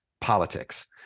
politics